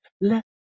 Let